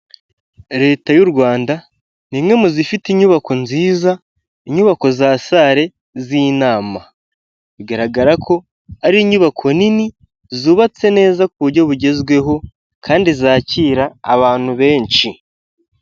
Leta y'u Rwanda n’imwe mu zifite inyubako nziza inyubako za sale z’inama, bigaragara ko ari inyubako nini zubatse neza ku buryo bugezweho, kandi zakira abantu benshi.